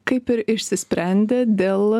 kaip ir išsisprendė dėl